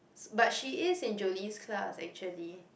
s~ but she is in Jolene's class actually